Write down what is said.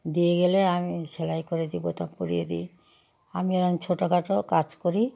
দিয়ে গেলে আমি সেলাই করে দিই বোতাম পরিয়ে দিই আমি এরকম ছোটখাটো কাজ করি